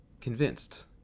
convinced